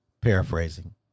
Paraphrasing